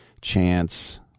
chance